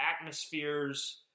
atmospheres